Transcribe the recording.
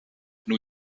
new